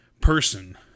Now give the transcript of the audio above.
person